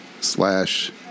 slash